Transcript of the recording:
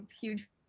huge